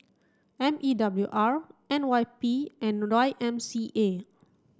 M E W R N Y P and Y M C A